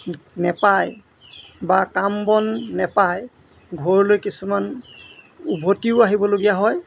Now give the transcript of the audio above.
নাপায় বা কাম বন নাপায় ঘৰলৈ কিছুমান উভতিও আহিবলগীয়া হয়